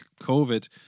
COVID